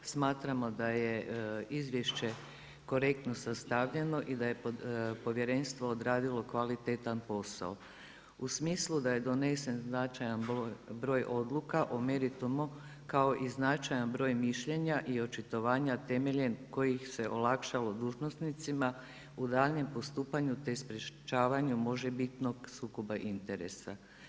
Smatramo da je izvješće korektno sastavljeno i da je Povjerenstvo odradilo kvalitetan posao u smislu da je donesen značajan broj odluka o meritumu kao i značajan broj mišljenja i očitovanja temeljem kojih se olakšalo dužnosnicima u daljnjem postupanju te sprječavanju možebitnog sukoba interesa.